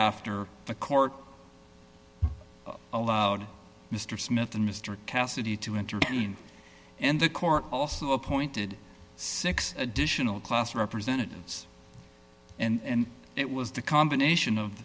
after the court allowed mr smith and mr cassidy to intervene and the court also appointed six additional class representatives and it was the combination of